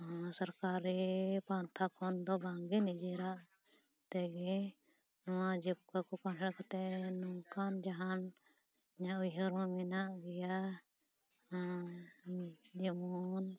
ᱦᱮᱸ ᱥᱚᱨᱠᱟᱨᱤ ᱯᱟᱱᱛᱷᱟ ᱠᱷᱚᱱ ᱫᱚ ᱵᱟᱝ ᱜᱮ ᱱᱤᱡᱮᱨᱟᱜ ᱛᱮᱜᱮ ᱱᱚᱣᱟ ᱡᱤᱵᱽᱠᱟᱹ ᱠᱚ ᱯᱟᱬᱦᱟᱲ ᱠᱟᱛᱮᱱ ᱱᱚᱝᱠᱟᱱ ᱡᱟᱦᱟᱱ ᱤᱧᱟᱹᱜ ᱩᱭᱦᱟᱹᱨ ᱦᱚᱸ ᱢᱮᱱᱟᱜ ᱜᱮᱭᱟ ᱟᱨ ᱡᱮᱢᱚᱱ